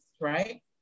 right